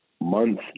month